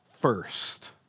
first